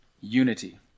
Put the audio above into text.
unity